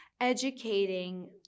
educating